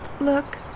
Look